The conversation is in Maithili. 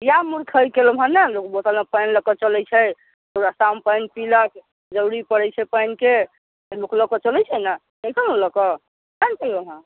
इएह मुरखै केलौहँ ने लोक बोतलमे पानि लऽ कऽ चलै छै ओ रस्तामे पानि पिलक जरूरी पड़ै छै पानिके तऽ लोक लऽ कऽ चलै छै ने चलितौ ने लऽ कऽ किए नहि चललौहँ